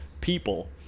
people